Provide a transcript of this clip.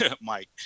Mike